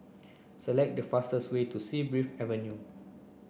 select the fastest way to Sea Breeze Avenue